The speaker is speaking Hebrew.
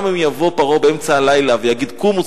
גם אם יבוא פרעה באמצע הלילה ויגיד: קומו,